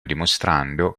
dimostrando